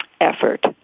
effort